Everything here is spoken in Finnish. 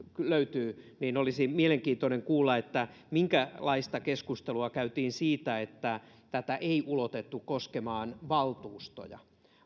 löytyy olisi mielenkiintoista kuulla minkälaista keskustelua käytiin siitä että tätä ei ulotettu koskemaan valtuustoja